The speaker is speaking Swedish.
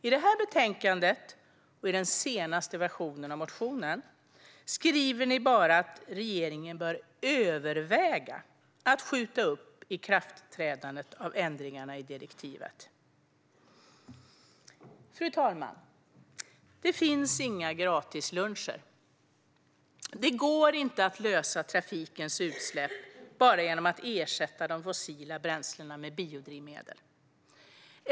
I det här betänkandet och i den senaste versionen av motionen skriver ni bara att regeringen bör överväga att skjuta upp ikraftträdandet av ändringarna i direktivet. Fru talman! Det finns inga gratisluncher. Det går inte att lösa trafikens utsläpp bara genom att ersätta de fossila bränslena med biodrivmedel.